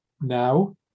now